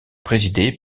présidé